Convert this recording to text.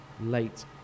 late